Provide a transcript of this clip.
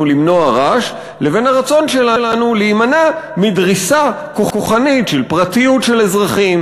למנוע רעש לבין הרצון שלנו להימנע מדריסה כוחנית של פרטיות של אזרחים,